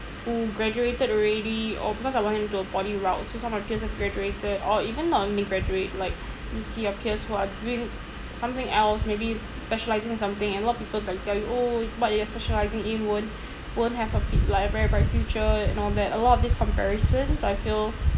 who graduated already or because I went in to a poly route so some of my peers have graduated or even not only graduate like you see your peers who are doing something else maybe specialising something and a lot of people like tell you oh but you are specialising in won't won't have a fi~ like a very bright future and all that a lot of these comparisons I feel